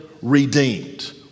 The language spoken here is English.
Redeemed